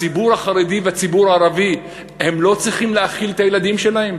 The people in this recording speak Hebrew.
הציבור החרדי והציבור הערבי לא צריכים להאכיל את הילדים שלהם?